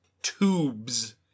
tubes